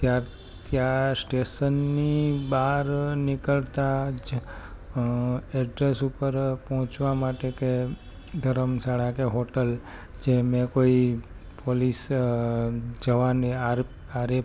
ત્યાર ત્યાં સ્ટેશનની બહાર નીકળતાં જ એડ્રેસ ઉપર પહોંચવા માટે કે ધર્મશાળા કે હોટલ જે મેં કોઈ પોલીસ જવાન આરિફ